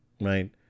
right